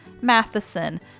Matheson